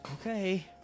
Okay